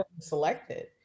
selected